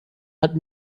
hat